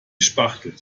spachtelt